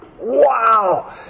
Wow